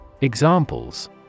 Examples